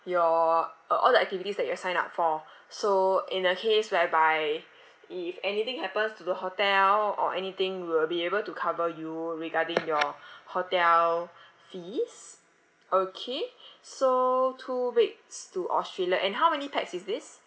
your uh all the activities that you have signed up for so in the case whereby if anything happens to the hotel or anything we will be able to cover you regarding your hotel fees okay so two weeks to australia and how many pax is this